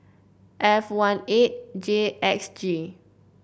F one eight J X G